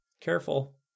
careful